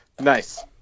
Nice